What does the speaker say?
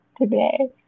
today